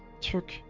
took